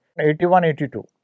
81-82